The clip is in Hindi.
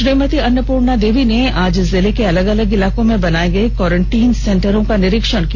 श्रीमति अन्नपूर्णा देवी ने आज जिले के अलग अलग इलाको में बनाए गए क्वारंटाइन सेंटर का निरीक्षण किया